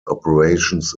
operations